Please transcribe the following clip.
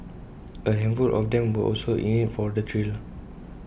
A handful of them were also in IT for the thrill